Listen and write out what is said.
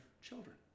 children